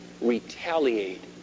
retaliate